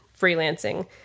freelancing